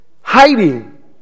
hiding